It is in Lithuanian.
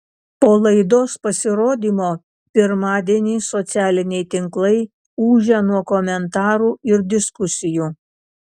po laidos pasirodymo pirmadienį socialiniai tinklai ūžia nuo komentarų ir diskusijų